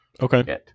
Okay